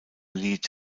lied